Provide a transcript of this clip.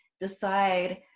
decide